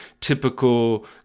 typical